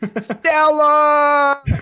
Stella